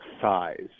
size